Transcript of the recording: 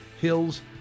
Hills